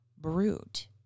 brute